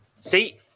See